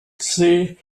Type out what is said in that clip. see